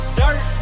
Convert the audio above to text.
dirt